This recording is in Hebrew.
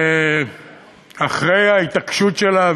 שאחרי ההתעקשות שלה,